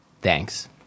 Thanks